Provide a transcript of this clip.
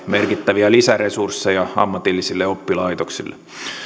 merkittäviä lisäresursseja ammatillisille oppilaitoksille